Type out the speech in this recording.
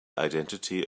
identity